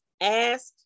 ask